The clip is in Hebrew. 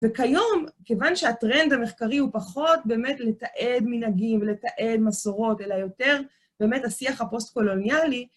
וכיום, כיוון שהטרנד המחקרי הוא פחות באמת לתעד מנהגים ולתעד מסורות, אלא יותר באמת השיח הפוסט-קולוניאלי,